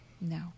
No